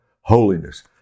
holiness